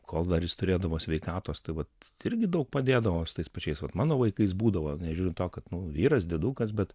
kol dar jis turėdavo sveikatos tai vat irgi daug padėdavo su tais pačiais vat mano vaikais būdavo nežiūrint to kad nu vyras diedukas bet